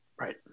Right